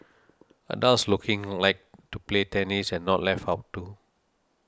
adults looking like to play tennis are not left out too